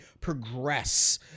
progress